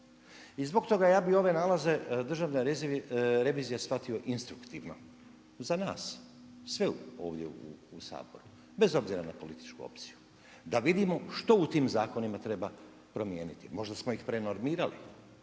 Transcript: I zbog toga ja bih ove nalaze Državne revizije shvatio instruktivno za nas sve ovdje u Saboru bez obzira na političku opciju, da vidimo što u tim zakonima treba promijeniti. Možda smo ih prenormirali